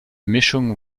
mischung